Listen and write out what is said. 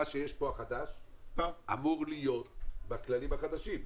מה שיש כאן החדש, אמור להיות בכללים החדשטים.